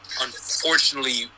unfortunately